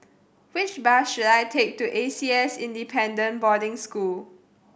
which bus should I take to A C S Independent Boarding School